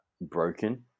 broken